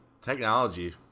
technology